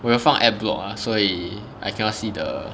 我有放 ad block ah 所以 I cannot see the